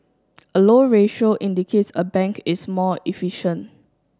a low ratio indicates a bank is more efficient